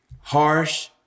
harsh